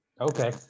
okay